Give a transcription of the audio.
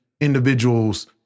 individuals